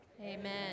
Amen